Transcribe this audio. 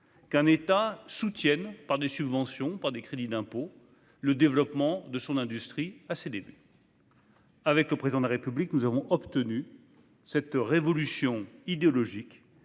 qu'un État soutienne, par des subventions ou des crédits d'impôt, le développement d'une industrie à ses débuts. Avec le Président de la République, nous avons obtenu cette révolution idéologique